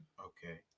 Okay